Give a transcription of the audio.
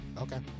Okay